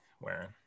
wearing